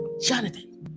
Jonathan